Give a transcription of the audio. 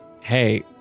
hey